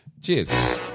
cheers